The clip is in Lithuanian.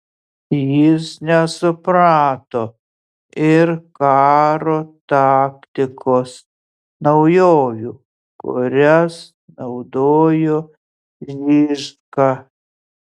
jis nesuprato ir karo taktikos naujovių kurias naudojo žižka